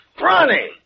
Ronnie